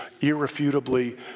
irrefutably